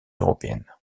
européenne